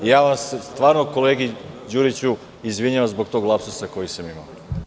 Ja se stvarno kolegi Đuriću izvinjavam zbog tog lapsusa koji sam imao.